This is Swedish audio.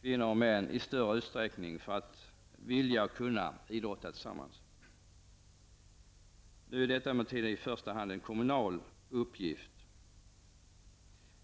kvinnor och män i större utsträckning till att vilja och kunna idrotta tillsammans. Nu är detta emellertid i första hand en kommunal uppgift.